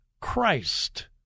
Christ